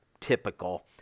typical